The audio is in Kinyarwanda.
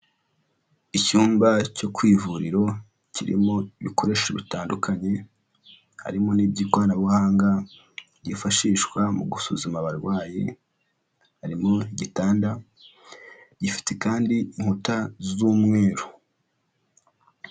Icyumba cyo ku ivuriro kirimo ibikoresho bitandukanye, harimo n'iby'ikoranabuhanga byifashishwa mu gusuzuma abarwayi, harimo igitanda gifite kandi inkuta z'umweru.